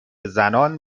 زنان